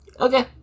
Okay